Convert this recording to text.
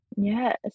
yes